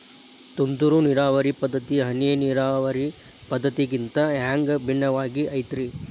ತುಂತುರು ನೇರಾವರಿ ಪದ್ಧತಿ, ಹನಿ ನೇರಾವರಿ ಪದ್ಧತಿಗಿಂತ ಹ್ಯಾಂಗ ಭಿನ್ನವಾಗಿ ಐತ್ರಿ?